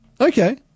Okay